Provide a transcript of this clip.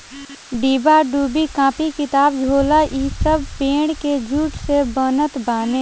डिब्बा डुब्बी, कापी किताब, झोला इ सब पेड़ के जूट से बनत बाने